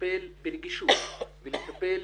לטפל ברגישות ולטפל